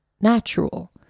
natural